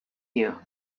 you